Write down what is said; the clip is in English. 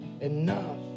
enough